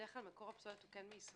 בדרך כלל מקור הפסולת הוא כן בישראל.